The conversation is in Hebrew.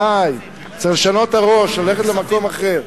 די, צריך לשנות את הראש, ללכת למקום אחר,